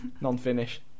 Non-finish